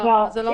לא, זה לא מדויק.